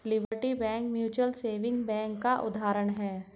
liberty bank mutual saving bank का उदाहरण है